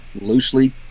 loosely